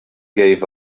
gave